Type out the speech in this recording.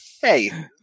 Hey